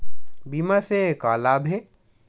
बीमा से का लाभ हे?